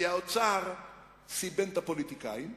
כי האוצר "סיבן" את הפוליטיקאים,